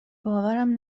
باورم